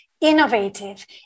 innovative